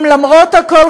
אם למרות כל,